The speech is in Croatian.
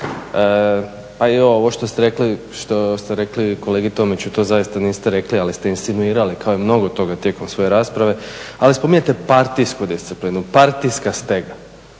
pa i ovo što ste rekli kolegi Tomiću to zaista niste rekli ali ste insinuirali kao i mnogo toga tijekom svoje rasprave, ali spominjete partijsku disciplinu, partijska stega